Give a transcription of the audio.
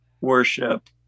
worship